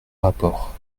rapport